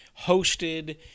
hosted